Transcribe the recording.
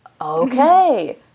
okay